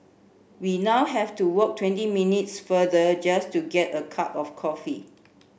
we now have to walk twenty minutes farther just to get a cup of coffee